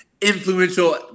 influential